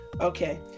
Okay